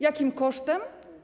Jakim kosztem?